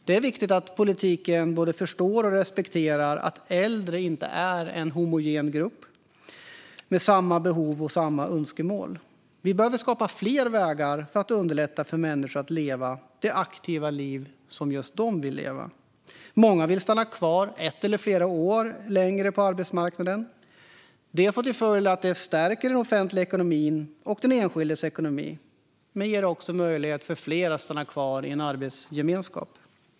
Det är viktigt att politiken både förstår och respekterar att äldre inte är en homogen grupp människor med samma behov och samma önskemål. Vi behöver skapa fler vägar för att underlätta för människor att leva det aktiva liv som just de vill leva. Många vill stanna kvar ett eller flera år längre på arbetsmarknaden. Det stärker den offentliga ekonomin och den enskildes ekonomi. Men det ger också möjlighet för fler att stanna kvar i en arbetsgemenskap.